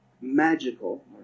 magical